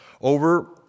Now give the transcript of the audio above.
Over